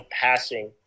passing